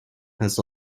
has